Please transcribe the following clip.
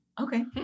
Okay